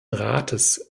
rates